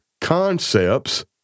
concepts